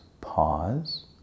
pause